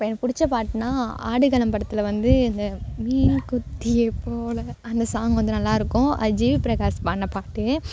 இப்போ எனக்கு பிடிச்ச பாட்டுன்னா ஆடுகளம் படத்தில் வந்து இந்த அந்த சாங் வந்து நல்லா இருக்கும் அது ஜி வி பிரகாஷ் பாடின பாட்டு